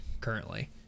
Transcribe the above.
currently